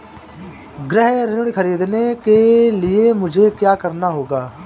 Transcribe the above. गृह ऋण ख़रीदने के लिए मुझे क्या करना होगा?